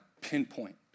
pinpoint